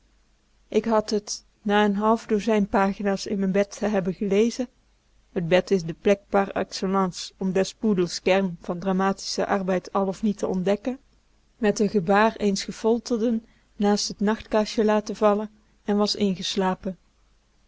ik had t na n half dozijn pagina's in m'n bed te hebben gelezen t bed is de plek par excellence om des pudels kern van dramatischen arbeid al of niet te ontdekken met n gebaar eens gefolterden naast t nachtkastje laten vallen en was ingeslapen